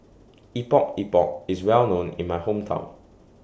Epok Epok IS Well known in My Hometown